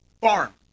farm